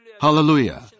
Hallelujah